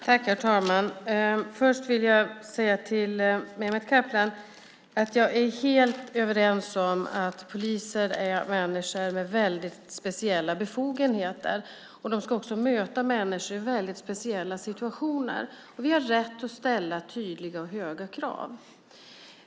Herr talman! Först vill jag säga till Mehmet Kaplan att jag är helt överens om att poliser är människor med väldigt speciella befogenheter. De ska också möta människor i väldigt speciella situationer. Vi har rätt att ställa tydliga och höga krav.